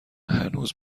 هنوز